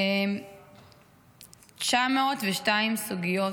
902 סוגיות,